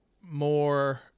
more